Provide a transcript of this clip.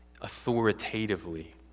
authoritatively